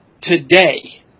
today